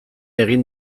egin